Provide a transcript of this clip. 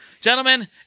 Gentlemen